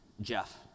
Jeff